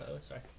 Sorry